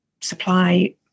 supply